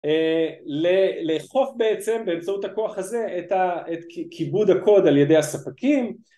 לאכוף בעצם באמצעות הכוח הזה את כיבוד הקוד על ידי הספקים